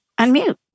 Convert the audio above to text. unmute